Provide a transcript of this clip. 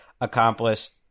accomplished